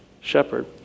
shepherd